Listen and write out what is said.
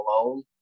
alone